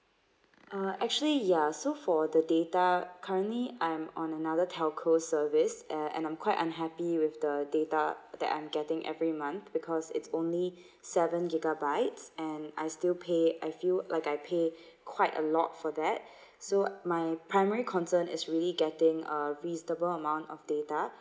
uh actually ya so for the data currently I'm on another telco service and and I'm quite unhappy with the data that I'm getting every month because it's only seven gigabytes and I still pay I feel like I pay quite a lot for that so my primary concern is really getting a reasonable amount of data